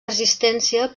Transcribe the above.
resistència